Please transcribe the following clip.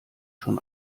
schon